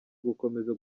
gukomeza